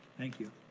thank you.